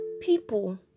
people